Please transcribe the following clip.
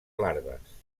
larves